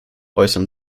äußern